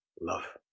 love